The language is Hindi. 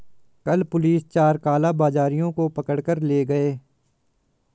कल पुलिस चार कालाबाजारियों को पकड़ कर ले गए